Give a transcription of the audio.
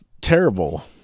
terrible